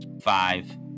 five